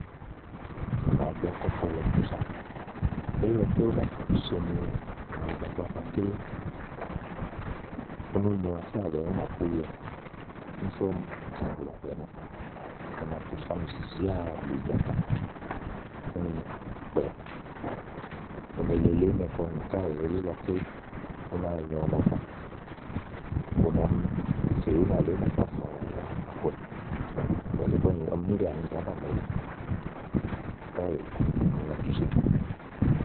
ù nàá gbɛ́ kɔ ɔ̀fɔ lɔ tú sàà elílɔké ú náa fà mì sene ùŋò baba màaké ú nó nyo afíà lèeɔwɛ, ú nà pó oyowɛ. Úni sú ɔmi ɔ̀mi tà gblɔ ɔ̀kpɛ nɔɔ, U na bù úsami zìzíà blù ìjàta úni ɔ̀kpɛ̀ u ne lele ínɛ̀ kɔ ùŋò káèè elílɔké ú náa nyo ɔnɔ ká. Ù nà mi fè únà lèe ú nà fá hàa úwá àkɔ ɔwɛ ɔ̀kpɛ̀ le búá nyòo ɔmi níɖe ánì zàá bani káèè ɔmi na túsià.